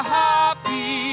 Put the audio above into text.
happy